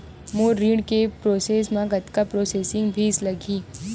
मोर ऋण के प्रोसेस म कतका प्रोसेसिंग फीस लगही?